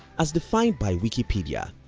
as defined by wikipedia,